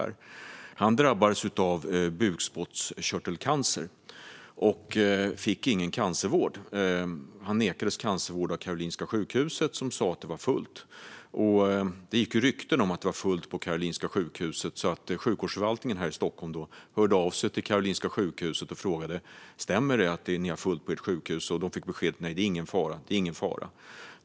Han drabbades av bukspottkörtelcancer och fick ingen cancervård. Han nekades cancervård av Karolinska sjukhuset, som sa att det var fullt. Det gick rykten om att det var fullt på Karolinska sjukhuset, så Hälso och sjukvårdsförvaltningen i Stockholm hörde av sig till Karolinska sjukhuset och frågade: Stämmer det att ni har fullt på ert sjukhus? De fick beskedet att det inte var någon fara.